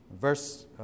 Verse